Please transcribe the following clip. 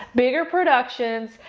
bigger productions,